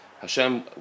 Hashem